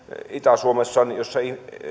itä suomessa jossa